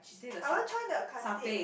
I want try the Khatib